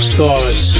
Stars